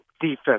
defense